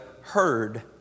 heard